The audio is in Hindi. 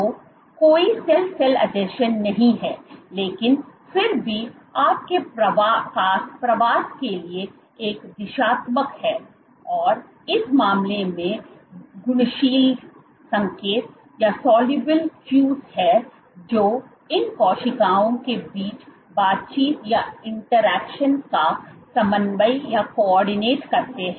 तो कोई सेल सेल आसंजन नहीं हैं लेकिन फिर भी आपके पास प्रवास के लिए एक दिशात्मक है और इस मामले में घुलनशील संकेत हैं जो इन कोशिकाओं के बीच बातचीत का समन्वय करते हैं